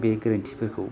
बे गोरोन्थिफोरखौ